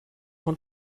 von